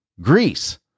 Greece